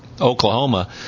Oklahoma